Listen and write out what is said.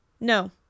No